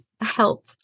help